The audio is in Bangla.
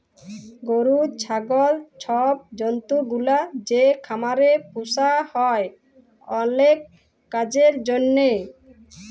গরু, ছাগল ছব জল্তুগুলা যে খামারে পুসা হ্যয় অলেক কাজের জ্যনহে